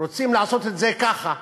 רוצים לעשות את זה ככה.